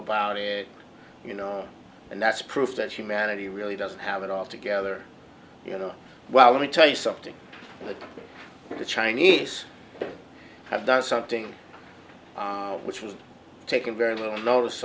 about it you know and that's proof that humanity really doesn't have it all together well let me tell you something the chinese have done something which was taken very little notice